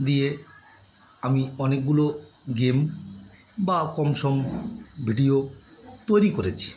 দিয়ে আমি অনেকগুলো গেম বা কম সম ভিডিও তৈরি করেছি